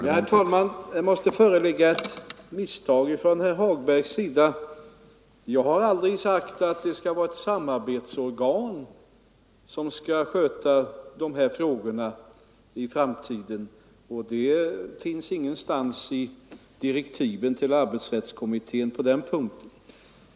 Herr talman! Det måste föreligga ett misstag från herr Hagbergs sida. Jag har aldrig sagt att det skall vara ett samarbetsorgan som skall sköta de här frågorna i framtiden. Det finns inte heller angivet i direktiven till arbetsrättskommittén.